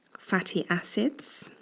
fatty acids